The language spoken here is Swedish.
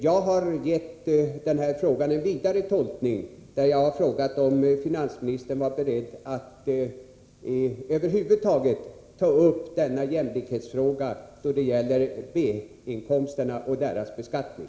Jag har gjort en vidare tolkning och har frågat om finansministern var beredd att över huvud taget ta upp denna jämlikhetsfråga då det gäller B-inkomsterna och deras beskattning.